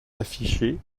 affiché